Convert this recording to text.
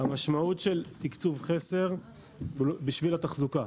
המשמעות של תקצוב חסר בשביל התחזוקה.